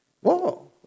Whoa